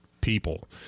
people